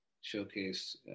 showcase